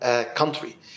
country